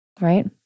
right